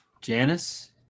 Janice